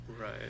Right